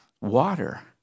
water